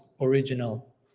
original